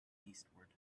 eastward